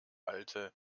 alte